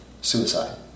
suicide